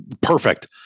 perfect